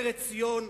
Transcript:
ארץ ציון,